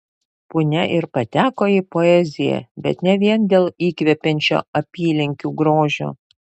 punia ir pateko į poeziją bet ne vien dėl įkvepiančio apylinkių grožio